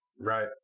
Right